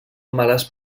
males